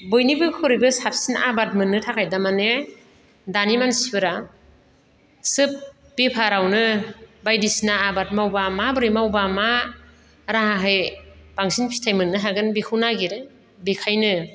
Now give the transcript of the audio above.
बयनिख्रुइबो साबसिन आबाद मोननो थाखाय थारमाने दानि मानसिफोरा सोब बेफारावनो बायदिसिना आबाद मावोबा माबोरै मावोबा मा राहायै बांसिन फिथाय मोननो हागोन बेखौ नागिरो बेनिखायनो